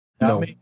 No